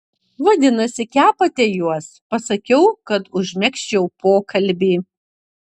vadinasi kepate juos pasakiau kad užmegzčiau pokalbį